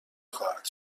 خواهد